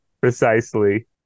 Precisely